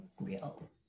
Real